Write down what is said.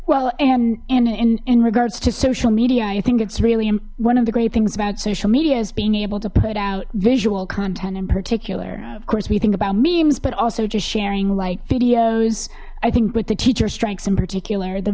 and in regards to social media i think it's really one of the great things about social media is being able to put out visual content in particular of course we think about memes but also just sharing like videos i think what the teacher strikes in particular the